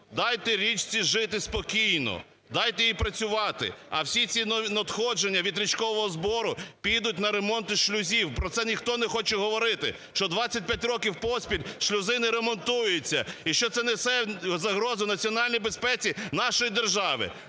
Дайте річці жити спокійно. Дайте їй працювати. А всі ці надходження від річкового збору підуть на ремонти шлюзів. Про це ніхто не хоче говорити, що 25 років поспіль шлюзи не ремонтуються, і що це несе загрозу національній безпеці нашої держави,